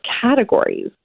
categories